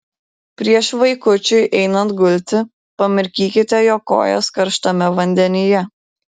prieš vaikučiui einant gulti pamirkykite jo kojas karštame vandenyje